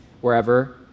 wherever